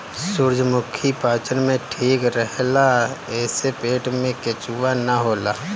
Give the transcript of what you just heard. सूरजमुखी पाचन में ठीक रहेला एसे पेट में केचुआ ना होला